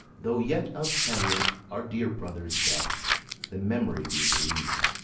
though yet of hamlet our dear brother's death the memory be green,